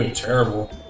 Terrible